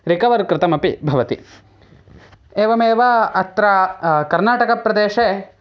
recover कृतमपि भवति एवमेव अत्र कर्नाटकप्रदेशे